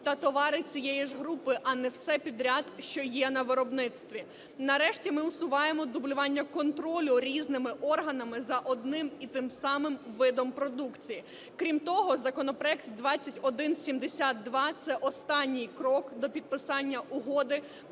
та товари цієї ж групи, а не все підряд, що є на виробництві. Нарешті, ми усуваємо дублювання контролю різними органами за одним і тим самим видом продукції. Крім того, законопроект 2172 – це останній крок до підписання Угоди